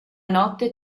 notte